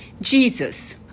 Jesus